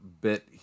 bit